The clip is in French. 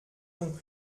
donc